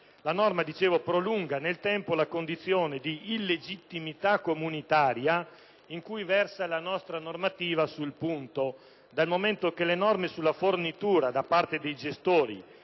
da rete mobile o da rete fissa, la condizione di illegittimità comunitaria in cui versa la nostra normativa sul punto, dal momento che le norme sulla fornitura da parte dei gestori